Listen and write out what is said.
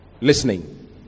Listening